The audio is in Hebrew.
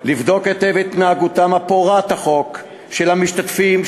לבדוק היטב את התנהגותם פורעת החוק של המשתתפים,